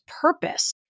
purpose